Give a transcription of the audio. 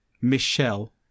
Michelle